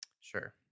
Sure